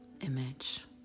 image